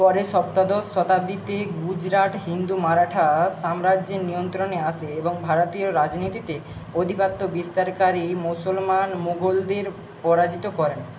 পরে সপ্তদশ শতাব্দীতে গুজরাট হিন্দু মারাঠা সাম্রাজ্যের নিয়ন্ত্রণে আসে এবং ভারতীয় রাজনীতিতে আধিপত্য বিস্তারকারী মুসলমান মুঘলদের পরাজিত করে